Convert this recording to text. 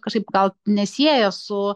kažkaip gal nesieja su